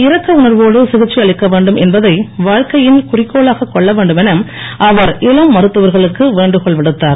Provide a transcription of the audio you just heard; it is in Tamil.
இரக்க உணர்வோடு சிகிச்சை அளிக்க வேண்டும் என்பதை வாழ்க்கையின் குறிக்கோளாகக் கொள்ள வேண்டும் என அவர் இளம் மருத்துவர்களுக்கு வேண்டுகோள் விடுத்தார்